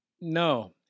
No